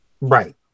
Right